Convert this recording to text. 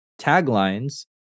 taglines